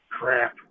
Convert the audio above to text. Crap